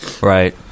Right